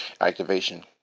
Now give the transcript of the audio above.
activation